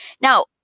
Now